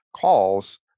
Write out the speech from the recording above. calls